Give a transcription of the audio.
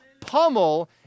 pummel